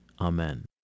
Amen